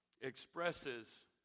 expresses